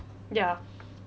ya